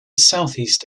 southeast